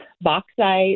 bauxite